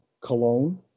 Cologne